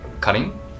cutting